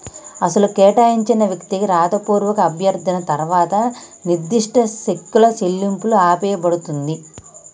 అసలు కేటాయించిన వ్యక్తికి రాతపూర్వక అభ్యర్థన తర్వాత నిర్దిష్ట సెక్కులు చెల్లింపులు ఆపేయబడుతుంది